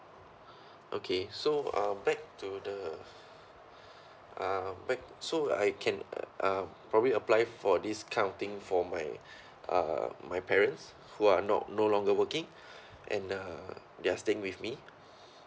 okay so uh back to the uh back so I can uh probably apply for this kind of thing for my uh my parents who are not no longer working and uh they're staying with me